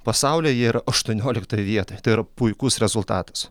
pasaulyje jie yra aštuonioliktoj vietoj tai yra puikus rezultatas